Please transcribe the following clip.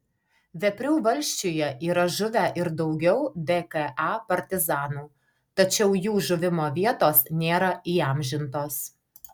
veprių valsčiuje yra žuvę ir daugiau dka partizanų tačiau jų žuvimo vietos nėra įamžintos